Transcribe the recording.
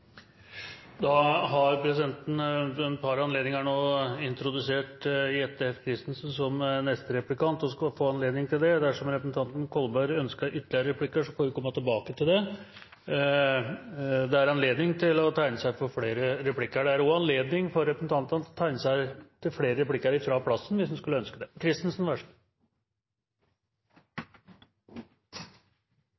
Presidenten har ved et par anledninger introdusert representanten Jette F. Christensen som neste replikant, og hun skal få anledning nå. Dersom representanten Kolberg ønsker ytterligere replikker, får vi komme tilbake til det. Det er anledning til å tegne seg til flere replikker. Det er også anledning for representantene til å tegne seg til flere replikker fra plassen hvis en skulle ønske det.